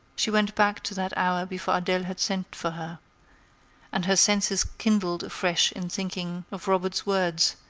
she went back to that hour before adele had sent for her and her senses kindled afresh in thinking of robert's words,